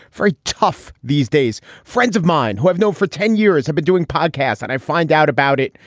very tough. these days, friends of mine who have known for ten years have been doing podcasts. and i find out about it.